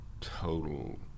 total